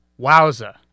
wowza